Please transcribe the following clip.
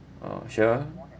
oh sure